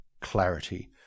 clarity